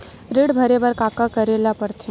ऋण भरे बर का का करे ला परथे?